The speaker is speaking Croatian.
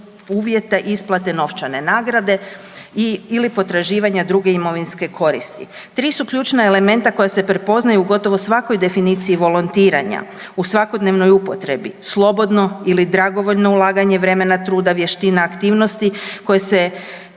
uvjeta isplate novčane nagrade ili potraživanja druge imovinske koristi. Tri su ključna elementa koja se prepoznaju u gotovo svakoj definiciji volontiranja u svakodnevnoj upotrebi, slobodno ili dragovoljno ulaganje vremena, truda, vještina, aktivnosti koje se,